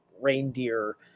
reindeer